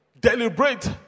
deliberate